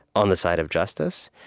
on the side of justice?